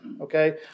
okay